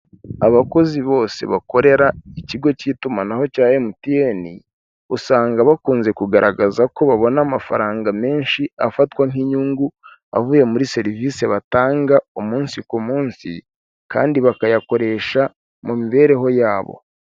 Abakozi bose bakorera ikigo cy'itumanaho cya MTN usanga bakunze kugaragaza ko babona amafaranga menshi afatwa nk'inyungu avuye muri serivisi batanga umunsi ku munsi, kandi bakayakoresha mu mibereho yabo.